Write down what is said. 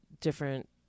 different